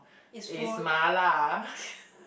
it's food